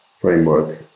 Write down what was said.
framework